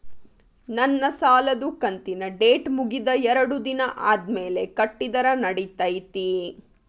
ನನ್ನ ಸಾಲದು ಕಂತಿನ ಡೇಟ್ ಮುಗಿದ ಎರಡು ದಿನ ಆದ್ಮೇಲೆ ಕಟ್ಟಿದರ ನಡಿತೈತಿ?